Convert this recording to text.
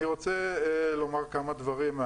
אני רוצה לומר כמה דברים.